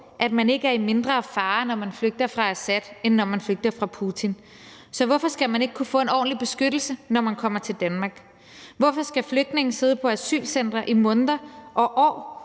at man ikke er i mindre fare, når man flygter fra Assad, end når man flygter fra Putin. Så hvorfor skal man ikke kunne få en ordentlig beskyttelse, når man kommer til Danmark? Hvorfor skal flygtninge sidde på asylcentre i måneder og år